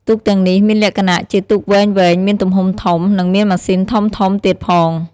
ទូកទាំងនេះមានលក្ចណៈជាទូកវែងៗមានទំហំធំ និងមានម៉ាស៊ីនធំៗទៀតផង។